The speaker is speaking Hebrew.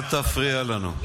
אל תפריע לנו.